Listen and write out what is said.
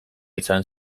izan